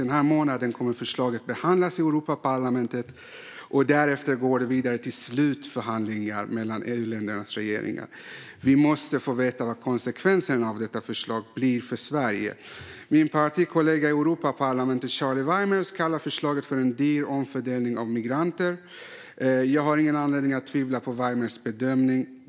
Den här månaden kommer förslaget att behandlas i Europaparlamentet, och därefter går det vidare till slutförhandlingar mellan EU-ländernas regeringar. Vi måste få veta vad konsekvenserna av detta förslag blir för Sverige. Min partikollega i Europaparlamentet Charlie Weimers kallar förslaget en dyr omfördelning av migranter. Jag har ingen anledning att tvivla på Weimers bedömning.